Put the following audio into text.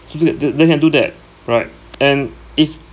th~ th~ they can do that right and it's